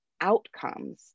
outcomes